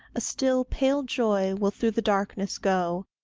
a still, pale joy will through the darkness go,